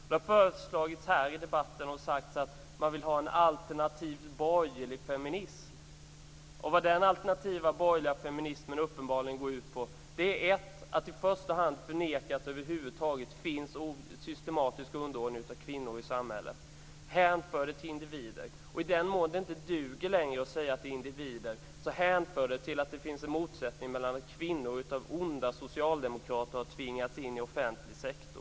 Det har föreslagits i debatten att det skall finnas en alternativ borgerlig feminism. Den alternativa borgerliga feminismen går uppenbarligen ut på att i första hand förneka att det finns systematisk underordning av kvinnor i samhället och i stället hänföra det till individer. I den mån det inte duger längre att säga att de är individer hänför man till att kvinnor av onda socialdemokrater har tvingats in i offentlig sektor.